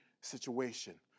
situation